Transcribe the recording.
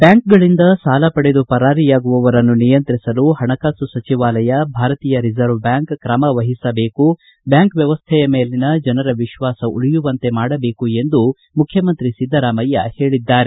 ಬ್ಞಾಂಕುಗಳಿಂದ ಸಾಲ ಪಡೆದು ಪರಾರಿಯಾಗುವವರನ್ನು ನಿಯಂತ್ರಿಸಲು ಹಣಕಾಸು ಸಚಿವಾಲಯ ಭಾರತೀಯ ರಿಸರ್ವ್ ಬ್ಡಾಂಕ್ ಕ್ರಮವಹಿಸಬೇಕು ಬ್ಯಾಂಕ್ ವ್ಯವಸ್ಥೆಯ ಮೇಲಿನ ಜನರ ವಿಶ್ವಾಸ ಉಳಿಯುವಂತೆ ಮಾಡಬೇಕು ಎಂದು ಮುಖ್ಯಮಂತ್ರಿ ಸಿದ್ದರಾಮಯ್ಯ ಹೇಳಿದ್ದಾರೆ